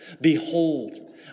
Behold